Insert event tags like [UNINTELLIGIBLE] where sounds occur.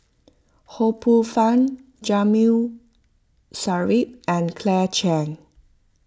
Ho Poh Fun [UNINTELLIGIBLE] Sarip and Claire Chiang